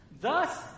Thus